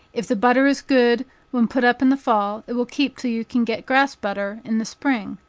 if the butter is good when put up in the fall, it will keep till you can get grass butter, in the spring.